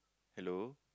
hello